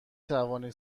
توانید